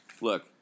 Look